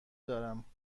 دارم